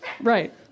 Right